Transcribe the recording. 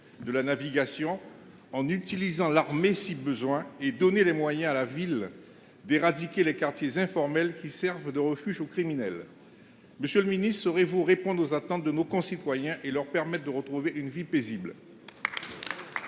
vingt quatre, en mobilisant l’armée si besoin ; deuxièmement, donner à la ville les moyens d’éradiquer les quartiers informels qui servent de refuges aux criminels. Monsieur le ministre, saurez vous répondre aux attentes de nos concitoyens et leur permettre de retrouver une vie paisible ?